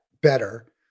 better